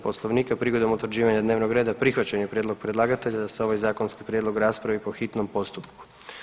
Poslovnika prigodom utvrđivanja dnevnog reda prihvaćen je prijedlog predlagatelja da se ovaj zakonski prijedlog raspravi po hitnom postupku.